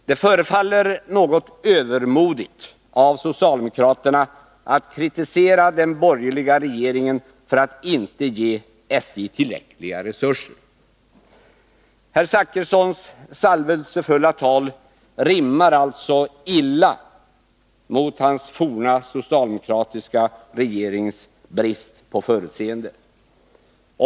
Det förefaller något övermodigt av socialdemokraterna att kritisera den borgerliga regeringen för att inte ge SJ tillräckliga resurser. Herr Zachrissons salvelsefulla tal rimmar illa med hans forna socialdemokratiska regerings brist på förutseende.